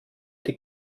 die